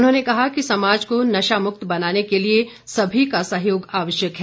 उन्होंने कहा कि समाज को नशा मुक्त बनाने के लिए सभी का सहयोग आवश्यक है